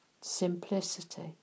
simplicity